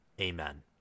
Amen